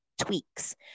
tweaks